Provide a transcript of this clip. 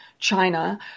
China